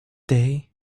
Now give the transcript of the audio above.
day